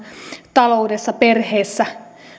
taloudessa perheessä